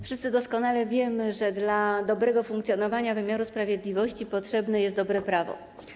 Wszyscy doskonale wiemy, że dla dobrego funkcjonowania wymiaru sprawiedliwości potrzebne jest dobre prawo.